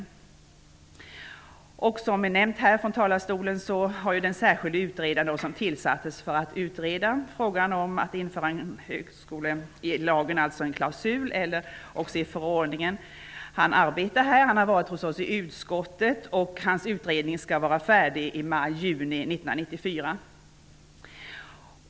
Precis som redan nämnts från denna talarstol har den särskilde utredare som tillsattes för att utreda frågan om att införa en klausul i högskoleförordningen varit hos oss i utskottet. Hans utredning beräknas vara klar i majjuni 1994.